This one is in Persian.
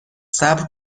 صبر